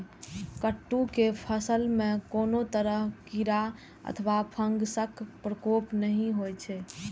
कट्टू के फसल मे कोनो तरह कीड़ा अथवा फंगसक प्रकोप नहि होइ छै